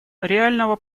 реального